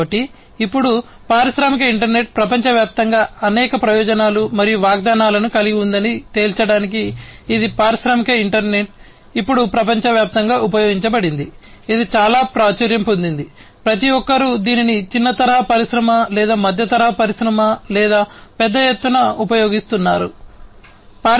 కాబట్టి ఇప్పుడు పారిశ్రామిక ఇంటర్నెట్ ప్రపంచవ్యాప్తంగా అనేక ప్రయోజనాలు మరియు వాగ్దానాలను కలిగి ఉందని తేల్చడానికి ఇది పారిశ్రామిక ఇంటర్నెట్ ఇప్పుడు ప్రపంచవ్యాప్తంగా ఉపయోగించబడింది ఇది చాలా ప్రాచుర్యం పొందింది ప్రతి ఒక్కరూ దీనిని చిన్న తరహా పరిశ్రమ లేదా మధ్య తరహా పరిశ్రమ లేదా పెద్ద ఎత్తున ఉపయోగిస్తున్నారు పరిశ్రమ